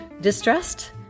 distressed